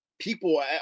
People